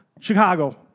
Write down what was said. Chicago